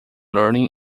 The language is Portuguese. learning